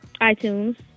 iTunes